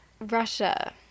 Russia